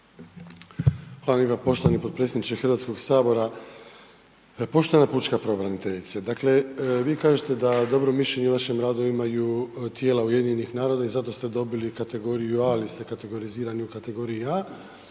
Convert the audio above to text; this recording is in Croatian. poštovani gospodine potpredsjedniče HS. Poštovana pučka pravobraniteljice. Dakle, vi kažete da dobro mišljenje o vašem radu imaju tijela UN-a i zato ste dobili kategoriju A, ali ste kategorizirani u kategoriji A